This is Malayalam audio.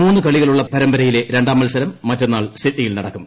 മൂന്ന് കളികളുള്ള പരമ്പരയിലെ രണ്ടാം മത്സരം മറ്റന്നാൾ സിഡ്നിയിൽ നടക്കും